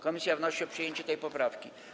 Komisja wnosi o przyjęcie tej poprawki.